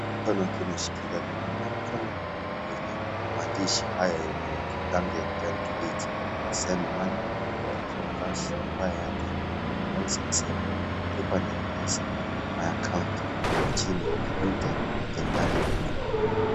Mkono ukiwa meshikilia rununu ya mkono yenye maandishi haya yenye rangi ya kijani kibichi send money, withdraw cash, buy airtime , loans and savings , lipa na mpesa ,na akaunti na chini kidude chenye rangi nyekundu.